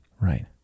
Right